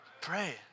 Pray